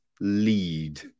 lead